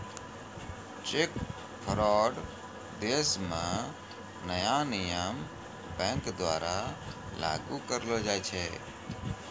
cheque fraud देश म नया नियम बैंक द्वारा लागू करलो जाय छै